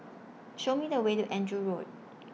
Show Me The Way to Andrew Road